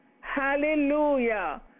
Hallelujah